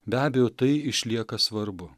be abejo tai išlieka svarbu